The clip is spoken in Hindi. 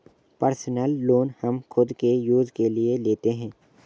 पर्सनल लोन हम खुद के यूज के लिए लेते है